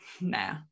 nah